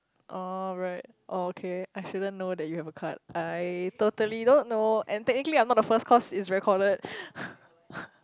oh right oh okay I shouldn't know that you have a card I totally don't know and technically I'm not the first cause it's recorded